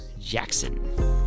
Jackson